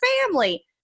family